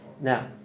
Now